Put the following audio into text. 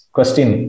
Question